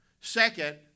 Second